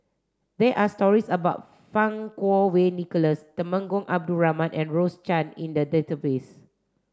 there are stories about Fang Kuo Wei Nicholas Temenggong Abdul Rahman and Rose Chan in the database